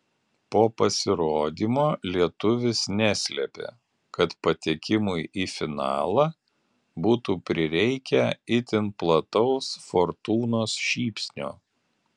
po pasirodymo lietuvis neslėpė kad patekimui į finalą būtų prireikę itin plataus fortūnos šypsnio